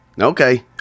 Okay